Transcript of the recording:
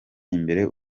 imbere